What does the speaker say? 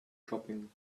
shopping